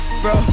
bro